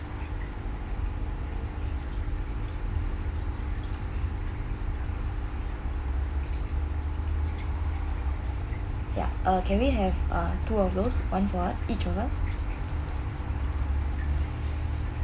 ya uh can we have uh two of those one for us each of us